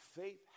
faith